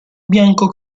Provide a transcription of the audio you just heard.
bianco